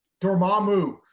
Dormammu